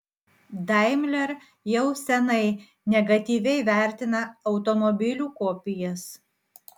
daimler jau senai negatyviai vertina automobilių kopijas